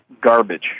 garbage